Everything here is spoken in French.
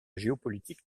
géopolitique